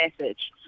message